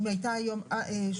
אם היא היתה היום 8.52%,